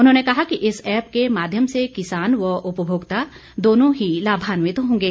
उन्होंने कहा कि इस ऐप के माध्यम से किसान व उपभोक्ता दोनों ही लाभान्वित होंगे